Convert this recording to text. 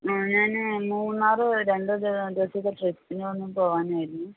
ആ ഞാൻ മൂന്നാർ രണ്ട് ദിവ ദിവസത്തെ ട്രിപ്പിന് ഒന്ന് പോവാമെന്ന് കരുതി